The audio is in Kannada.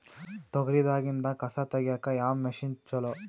ತೊಗರಿ ದಾಗಿಂದ ಕಸಾ ತಗಿಯಕ ಯಾವ ಮಷಿನ್ ಚಲೋ?